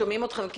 שומעים אתכם.